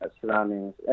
surroundings